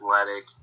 athletic